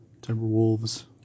Timberwolves